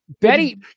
Betty